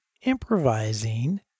improvising